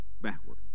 backward